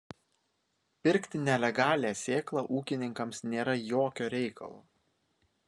pirkti nelegalią sėklą ūkininkams nėra jokio reikalo